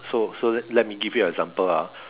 so so let let me give you example lah